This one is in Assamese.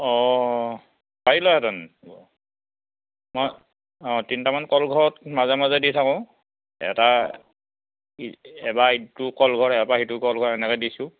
অ' পাৰিলেহেঁতেন মই অ' তিনিটামান কলঘৰত মাজে মাজে দি থাকোঁ এটা এবাৰ ইটো কলঘৰত এবাৰ সিটো কলঘৰত এনেকৈ দিছোঁ